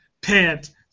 pant